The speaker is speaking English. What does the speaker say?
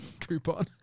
coupon